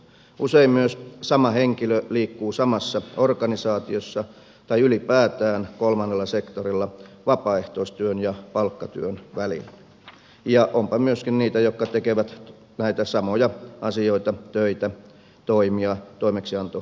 usein myös sama henkilö liikkuu samassa organisaatiossa tai ylipäätään kolmannella sektorilla vapaaehtoistyön ja palkkatyön välillä ja onpa myöskin niitä jotka tekevät näitä samoja asioita töitä toimia toimeksiantosuhteessa